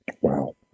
Wow